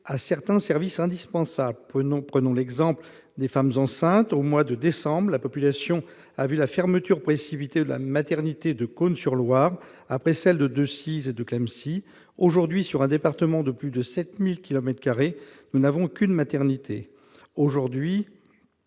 certains services indispensables. Prenons l'exemple des femmes enceintes. Au mois de décembre dernier, la population a vu la fermeture précipitée de la maternité de Cosne-sur-Loire après celle des maternités de Decize et de Clamecy. Aujourd'hui, sur un département de plus de 7 000 kilomètres carrés, nous n'avons qu'une maternité. Nous